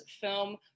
film